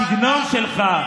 הסגנון שלך,